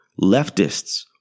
Leftists